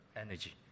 energy